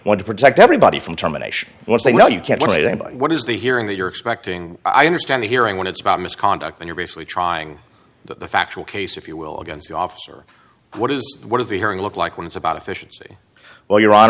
want to protect everybody from terminations once they know you can't blame what is the hearing that you're expecting i understand the hearing when it's about misconduct and you're basically trying the factual case if you will against the officer what is what is the hearing look like when it's about efficiency well your hon